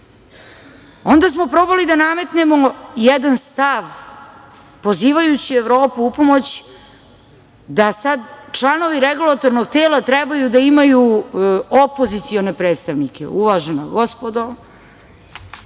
smo probali da nametnemo jedan stav pozivajući Evropu u pomoć da sada članovi Regulatornog tela trebaju da imaju opozicione predstavnike. Uvažena gospodo,